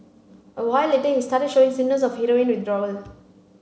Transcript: a while later he started showing of heroin withdrawal